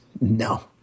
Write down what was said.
No